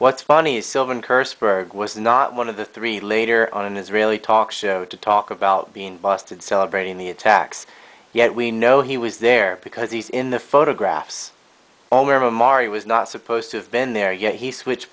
what's funny sylvan curse for it was not one of the three later on an israeli talk show to talk about being busted celebrating the attacks yet we know he was there because he's in the photographs almost mari was not supposed to have been there yet he switch